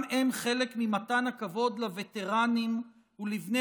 גם הם חלק ממתן הכבוד לווטרנים ולבני